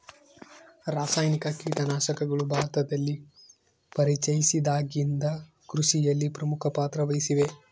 ರಾಸಾಯನಿಕ ಕೇಟನಾಶಕಗಳು ಭಾರತದಲ್ಲಿ ಪರಿಚಯಿಸಿದಾಗಿನಿಂದ ಕೃಷಿಯಲ್ಲಿ ಪ್ರಮುಖ ಪಾತ್ರ ವಹಿಸಿವೆ